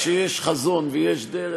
כשיש חזון ויש דרך,